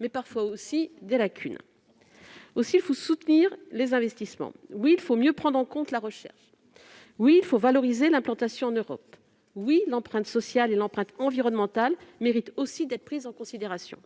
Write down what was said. mais, parfois aussi, des lacunes. Oui, il faut soutenir les investissements. Oui, il faut mieux prendre en compte la recherche. Oui, il faut valoriser l'implantation en Europe. Oui, l'empreinte sociale et l'empreinte environnementale méritent aussi d'être prises en considération.